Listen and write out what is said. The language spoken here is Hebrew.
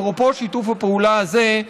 אפרופו שיתוף הפעולה הזה,